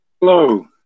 Hello